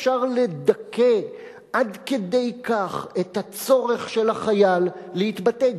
אי-אפשר לדכא עד כדי כך את הצורך של החייל להתבטא,